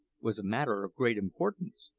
was a matter of great importance.